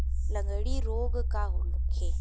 लगंड़ी रोग का होखे?